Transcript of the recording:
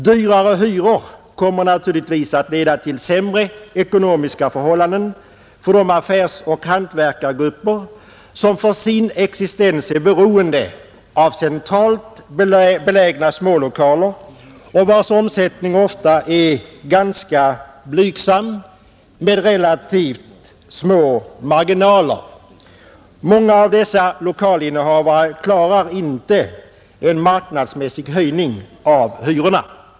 Dyrare hyror kommer naturligtvis att leda till sämre ekonomiska förhållanden för de affärsoch hantverkargrupper som för sin existens är beroende av centralt belägna smålokaler och vilkas omsättning ofta är ganska blygsam med relativt små marginaler. Många av dessa lokalinnehavare klarar inte en marknadsmässig höjning av hyrorna.